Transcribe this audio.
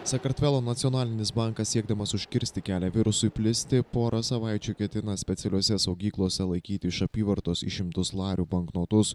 sakartvelo nacionalinis bankas siekdamas užkirsti kelią virusui plisti porą savaičių ketina specialiose saugyklose laikyt iš apyvartos išimtus larių banknotus